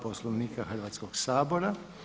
Poslovnika Hrvatskog sabora.